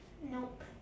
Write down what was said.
nope